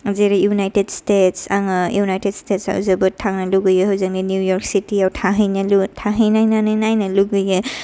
जेरै United States आङो United स्टेटसाव जोबोद थांनो लुगैयो हौजोंनि निउ य'र्क सिटिाव थाहैनो थाहैनायनानै नायनो लुगैयो